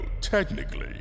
technically